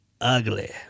ugly